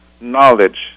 knowledge